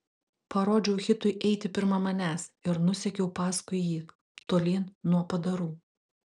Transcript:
parodžiau hitui eiti pirma manęs ir nusekiau paskui jį tolyn nuo padarų